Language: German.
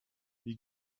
wie